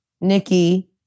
Nikki